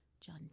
John